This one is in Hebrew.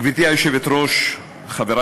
גברתי היושבת-ראש, חברי